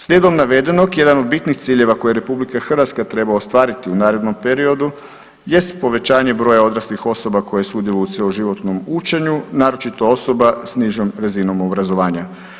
Slijedom navedenog jedan od bitnih ciljeva koji RH treba ostvariti u narednom periodu jest povećanje broja odraslih osoba koje sudjeluju u cjeloživotnom učenju naročito osoba s nižom razinom obrazovanja.